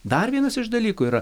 dar vienas iš dalykų yra